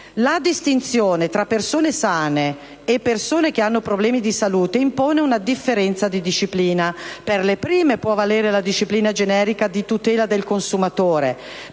la distinzione tra persone sane e persone che hanno problemi di salute impone una differenza di disciplina. Per le prime può valere la disciplina generica di tutela del consumatore,